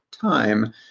time